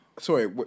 Sorry